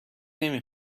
نمی